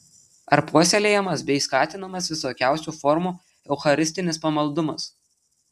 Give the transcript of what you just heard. ar puoselėjamas bei skatinamas visokiausių formų eucharistinis pamaldumas